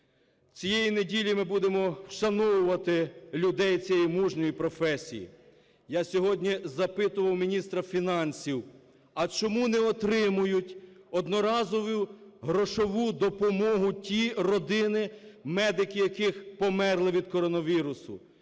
Цієї неділі ми будемо вшановувати людей цієї мужньої професії. Я сьогодні запитував у міністра фінансів, а чому не отримують одноразову грошову допомогу ті родини медиків, які померли від коронавірусу.